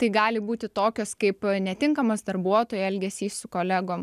tai gali būti tokios kaip netinkamas darbuotojo elgesys su kolegom